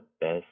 best